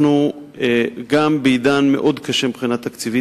אנחנו נמצאים בעידן מאוד קשה מבחינה תקציבית.